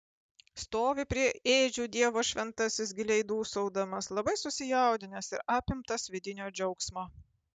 stovi prie ėdžių dievo šventasis giliai dūsaudamas labai susijaudinęs ir apimtas vidinio džiaugsmo